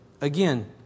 Again